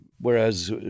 whereas